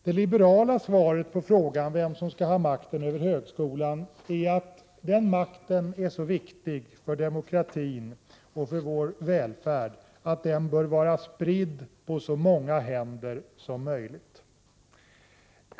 Det liberala svaret på frågan vem som skall ha makten över högskolan är att den makten är så viktig för demokratin och för välfärden att den bör vara spridd på så många händer som möjligt.